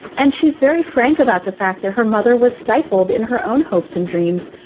and she's very frank about the fact that her mother was stifled in her own hopes and dreams.